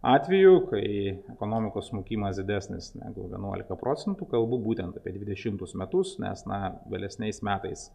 atveju kai ekonomikos smukimas didesnis negu vienuolika procentų kalbu būtent apie dvidešimtus metus nes na vėlesniais metais